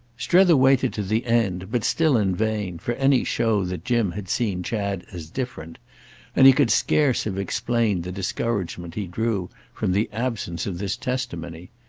strether waited to the end, but still in vain, for any show that jim had seen chad as different and he could scarce have explained the discouragement he drew from the absence of this testimony.